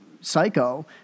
psycho